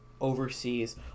overseas